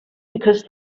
because